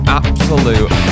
absolute